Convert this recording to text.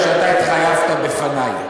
אתה יודע שאתה התחייבת בפני,